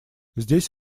здесь